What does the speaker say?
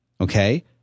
okay